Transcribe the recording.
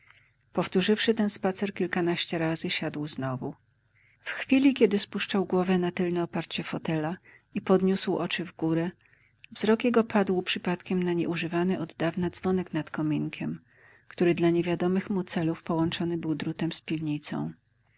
pokoju powtórzywszy ten spacer kilkanaście razy siadł znowu w chwili kiedy spuszczał głowę na tylne oparcie fotela i podniósł oczy w górę wzrok jego padł przypadkiem na nieużywany oddawna dzwonek nad kominkiem który dla niewiadomych mu celów połączony był drutem z piwnicą